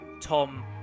Tom